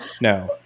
no